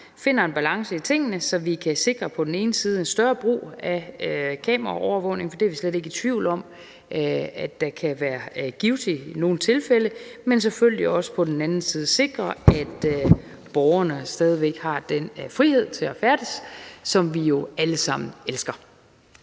finder en balance i tingene, så vi på den ene side kan sikre en større brug af kameraovervågning, for det er vi slet ikke i tvivl om kan være givtigt i nogle tilfælde, men på den anden side selvfølgelig også sikre, at borgerne stadig væk har den frihed til at færdes frit, som vi jo alle sammen elsker.